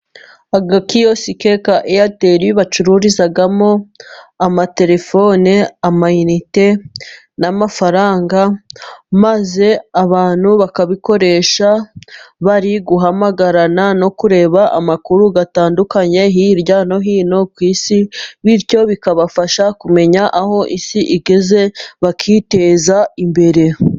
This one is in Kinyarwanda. Agakiyosike ka eyateli bacururizamo amatelefoni, amayinite n'amafaranga, maze abantu bakabikoresha bari guhamagarana ,no kureba amakuru atandukanye hirya no hino ku isi, bityo bikabafasha kumenya aho isi igeze bakiteza imbere.